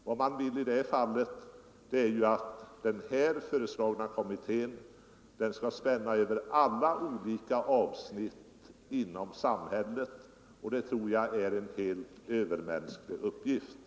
Vad man i detta fall vill är att den föreslagna kommittén skall spänna över alla avsnitt i samhället, och det tror jag är en helt övermänsklig uppgift.